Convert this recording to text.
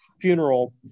funeral